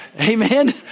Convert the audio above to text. Amen